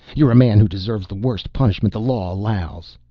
you're a man who deserves the worst punishment the law allows.